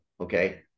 Okay